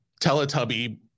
Teletubby